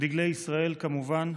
דגלי ישראל, כמובן,